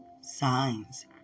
signs